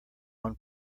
one